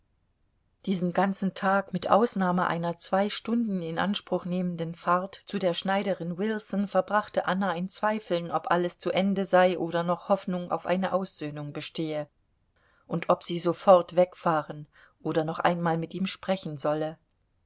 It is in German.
diesen ganzen tag mit ausnahme einer zwei stunden in anspruch nehmenden fahrt zu der schneiderin wilson verbrachte anna in zweifeln ob alles zu ende sei oder noch hoffnung auf eine aussöhnung bestehe und ob sie sofort wegfahren oder noch einmal mit ihm sprechen solle